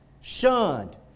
shunned